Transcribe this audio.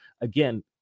again